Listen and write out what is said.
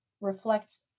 reflects